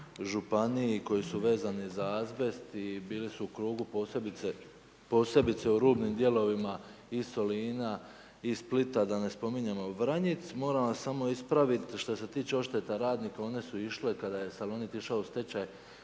županiji, koji su vezani za azbest i bili su u krugu posebice u rubnim dijelovima i Solina i Splita, da ne spominjemo Vranjic. Moram vas samo ispraviti, što se tiče odšteta radnicima, onda su išle kada je Salonit išao u stečaj,